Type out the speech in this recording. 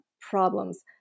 problems